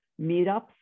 meetups